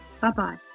Bye-bye